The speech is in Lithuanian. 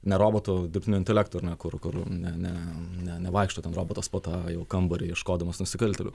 ne robotu o dirbtiniu intelektu ar ne kur kur ne ne nevaikšto ten robotas po tą jau kambarį ieškodamas nusikaltėlių